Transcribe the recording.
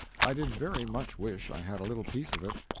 i did very much wish i had a little piece of it.